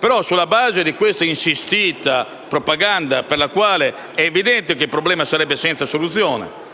Tuttavia, sulla base di questa insistita propaganda è evidente che il problema sarebbe senza soluzione,